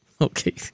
Okay